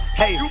hey